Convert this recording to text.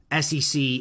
SEC